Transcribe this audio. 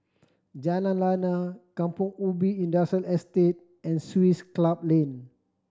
Jalan Lana Kampong Ubi Industrial Estate and Swiss Club Lane